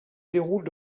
déroule